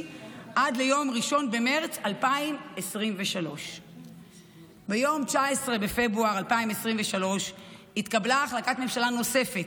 עד ליום 1 במרץ 2023. ביום 19 בפברואר 2023 התקבלה החלטת ממשלה נוספת,